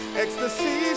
ecstasy